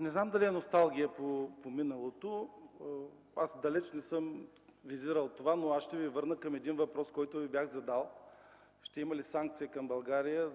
Не знам дали е носталгия по миналото. Далеч не съм визирал това. Ще Ви върна към един въпрос, който бях задал към Вас: ще има ли санкция към България,